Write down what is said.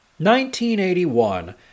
1981